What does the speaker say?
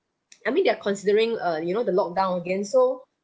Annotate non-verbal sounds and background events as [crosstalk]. [noise] I mean they are considering uh you know the lock down again so